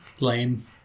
Lame